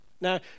Now